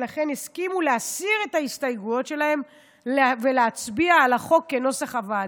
ולכן הסכימו להסיר את ההסתייגויות שלהם ולהצביע על החוק כנוסח הוועדה.